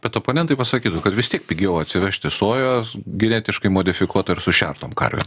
bet oponentai pasakytų kad vis tiek pigiau atsivežti sojos genetiškai modifikuotą ir sušert tom karvėm